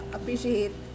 Appreciate